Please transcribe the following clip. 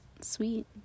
sweet